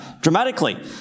dramatically